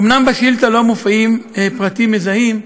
אומנם בשאילתה לא מופיעים פרטים מזהים.